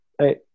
hey